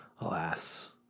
Alas